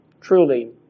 truly